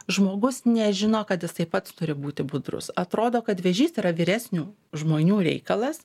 žmogus nežino kad jisai pats turi būti budrus atrodo kad vėžys yra vyresnių žmonių reikalas